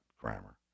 grammar